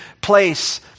place